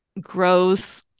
grows